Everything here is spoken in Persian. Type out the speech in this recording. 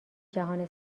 جهان